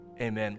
amen